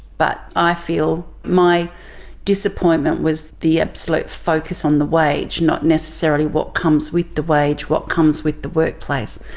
but i feel, my disappointment was the absolute focus on the wage, not necessarily what comes with the wage, what comes with the workplace,